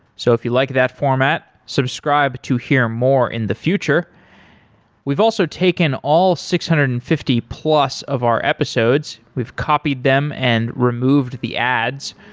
so if you like that format, subscribe to hear more in the future we've also taken all six hundred and fifty plus of our episodes. we've copied them and removed the ads,